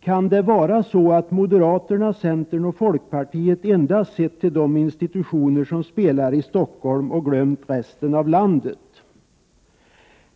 Kan det vara så att moderaterna, centern och folkpartiet endast sett till de institutioner som spelar i Stockholm och glömt resten av landet?